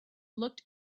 looked